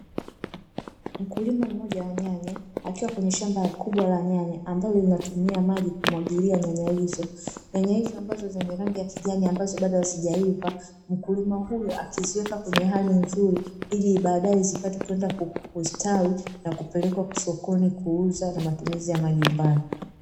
Mkulima mmoja wa nyanya akiwa kweye shamba kubwa la nyanya ambalo linatumia maji kumwagilia nyanya hizo, nyanya hizo ambazo zenye rangi ya kijani ambazo bado hazijaiva mkulima huyu akiziweka kwenye hali nzuri ili baadae zipate kwenda kustawi na kupelekwa sokoni kuuza na matumizi ya nyumbani.